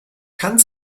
kann